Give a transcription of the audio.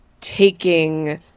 taking